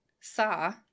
sa